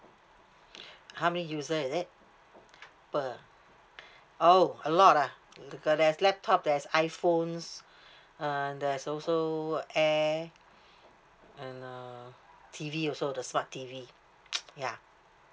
how many user is it per oh a lot ah because there's laptop there's iPhones uh there's also a air~ and uh T_V also the smart T_V ya